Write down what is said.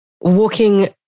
walking